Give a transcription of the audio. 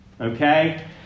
Okay